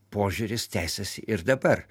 požiūris tęsiasi ir dabar